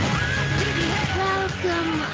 Welcome